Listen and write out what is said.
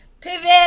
Pivot